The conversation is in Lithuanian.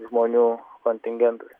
žmonių kontingentas